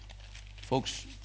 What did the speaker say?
Folks